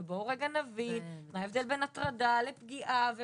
ובואו רגע נבין מה ההבדל בין הטרדה לפגיעה.